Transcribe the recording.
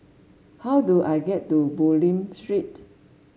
how do I get to Bulim Street